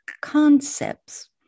concepts